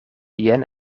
jen